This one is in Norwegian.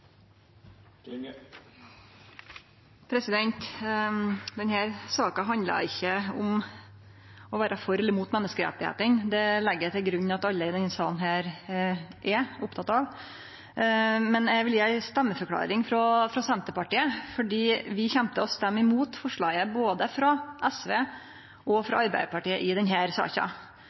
saka handlar ikkje om å vere for eller imot menneskerettane; det legg eg til grunn at alle i denne salen er opptekne av. Men eg vil gje ei stemmeforklåring frå Senterpartiet. Vi kjem til å stemme imot representantforslaget frå SV og forslaget frå Arbeidarpartiet i denne saka,